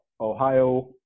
Ohio